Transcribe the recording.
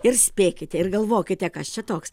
ir spėkite ir galvokite kas čia toks